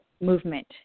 movement